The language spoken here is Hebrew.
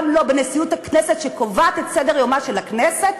גם לא בנשיאות הכנסת שקובעת את סדר-יומה של הכנסת,